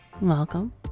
welcome